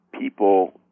people